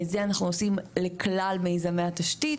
זה אנחנו עושים לכלל מיזמי התשתית,